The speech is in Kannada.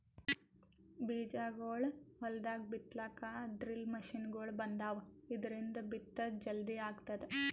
ಬೀಜಾಗೋಳ್ ಹೊಲ್ದಾಗ್ ಬಿತ್ತಲಾಕ್ ಡ್ರಿಲ್ ಮಷಿನ್ಗೊಳ್ ಬಂದಾವ್, ಇದ್ರಿಂದ್ ಬಿತ್ತದ್ ಜಲ್ದಿ ಆಗ್ತದ